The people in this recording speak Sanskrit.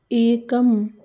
एकम्